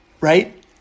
right